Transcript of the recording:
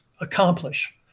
accomplish